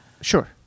Sure